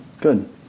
good